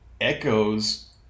echoes